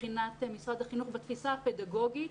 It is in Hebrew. מבחינת משרד החינוך בתפיסה הפדגוגית,